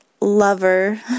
lover